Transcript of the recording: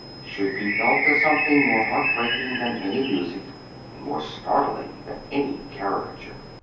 should be felt as something more heartbreaking than any music and more startling than any caricature.